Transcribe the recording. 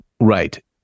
Right